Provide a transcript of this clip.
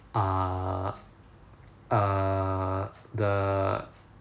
uh uh the